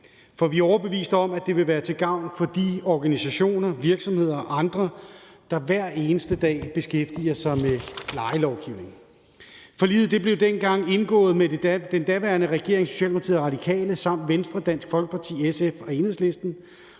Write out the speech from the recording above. For vi er overbeviste om, at det vil være til gavn for de organisationer, virksomheder og andre, der hver eneste dag beskæftiger sig med lejelovgivningen. Forliget blev dengang indgået med den daværende regering, Socialdemokratiet og Radikale, samt Venstre, Dansk Folkeparti, SF og Enhedslisten,